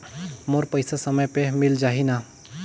मोर पइसा समय पे मिल जाही न?